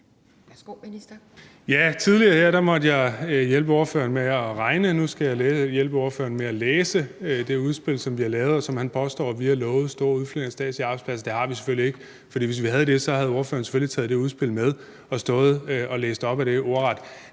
Tidligere her måtte jeg hjælpe ordføreren med at regne, og nu skal jeg hjælpe spørgeren med at læse det udspil, som vi har lavet, og som han påstår, vi har lovet store udflytninger af statslige arbejdspladser i. Det har vi selvfølgelig ikke, for hvis vi havde det, havde spørgeren selvfølgelig taget det udspil med og stået og læst op af det ordret.